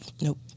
nope